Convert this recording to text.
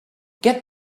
get